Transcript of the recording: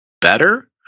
better